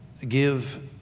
Give